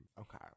Okay